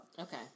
Okay